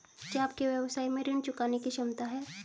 क्या आपके व्यवसाय में ऋण चुकाने की क्षमता है?